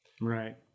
Right